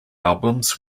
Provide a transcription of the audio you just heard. albums